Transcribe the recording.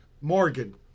Morgan